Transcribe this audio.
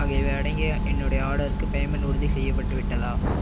ஆகியவை அடங்கிய என்னுடைய ஆர்டர்க்கு பேமெண்ட் உறுதிசெய்யப்பட்டு விட்டதா